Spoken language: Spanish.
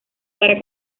para